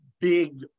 big